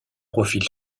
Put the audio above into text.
profil